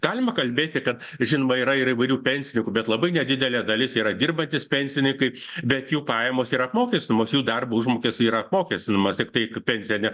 galima kalbėti kad žinoma yra ir įvairių pensininkų bet labai nedidelė dalis yra dirbantys pensinykai bet jų pajamos ir apmokestinamos jų darbo užmokestis yra apmokestinamas tiktai pensija ne